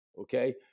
Okay